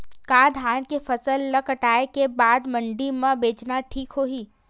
का धान के फसल ल कटाई के बाद मंडी म बेचना ठीक होही?